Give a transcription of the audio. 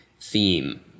theme